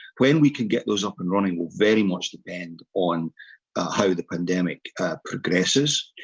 when we can get those up and running, will very much depend on how the pandemic progresses!